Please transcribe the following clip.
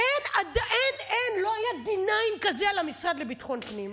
אין, אין, לא היה D9 כזה על המשרד לביטחון פנים.